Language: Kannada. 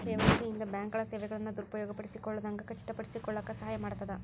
ಕೆ.ವಾಯ್.ಸಿ ಇಂದ ಬ್ಯಾಂಕ್ಗಳ ಸೇವೆಗಳನ್ನ ದುರುಪಯೋಗ ಪಡಿಸಿಕೊಳ್ಳದಂಗ ಖಚಿತಪಡಿಸಿಕೊಳ್ಳಕ ಸಹಾಯ ಮಾಡ್ತದ